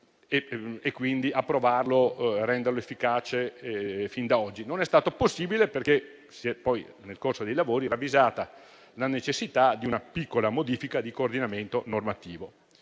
e quindi approvarlo fin da oggi. Non è stato possibile, perché poi, nel corso dei lavori, si è ravvisata la necessità di una piccola modifica di coordinamento normativo,